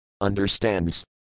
understands